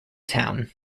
town